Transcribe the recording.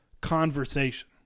conversation